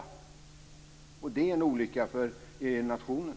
Det är en olycka för nationen.